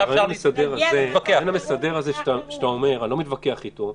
על הרעיון המסדר הזה אני לא מתווכח אותו.